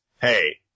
hey